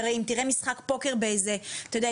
אם תראה משחק פוקר אתה-יודע,